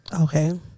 Okay